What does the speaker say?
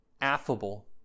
affable